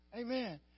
Amen